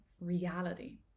reality